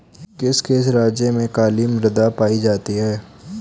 किस किस राज्य में काली मृदा पाई जाती है?